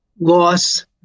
loss